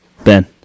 Ben